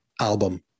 album